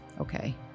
Okay